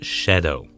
shadow